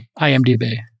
IMDb